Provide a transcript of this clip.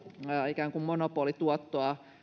ikään kuin monopolituottoa